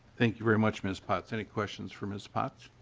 thank you very much mrs. pots. any questions for mrs. pots?